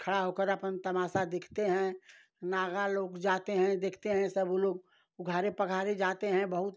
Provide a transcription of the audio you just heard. खड़ा होकर अपन तमाशा देखते हैं नागा लोग जाते हैं देखते हैं सब वह लोग उघारे पुघारे जाते हैं बहुत